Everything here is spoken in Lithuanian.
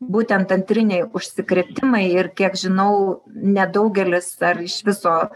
būtent antriniai užsikrėtimai ir kiek žinau nedaugelis ar iš viso